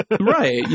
Right